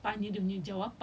like it's not not